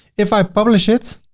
if i publish it,